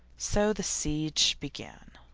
so the siege began.